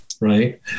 Right